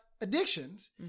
addictions